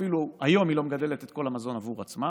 אפילו היום היא לא מגדלת את כל המזון עבור עצמה.